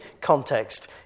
context